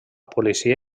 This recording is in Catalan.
policia